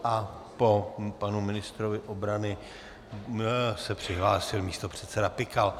A po panu ministrovi obrany se přihlásil místopředseda Pikal.